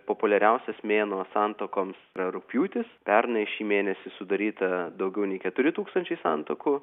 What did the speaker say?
populiariausias mėnuo santuokoms yra rugpjūtis pernai šį mėnesį sudaryta daugiau nei keturi tūkstančiai santuokų